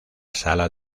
sala